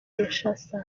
kinshasa